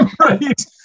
Right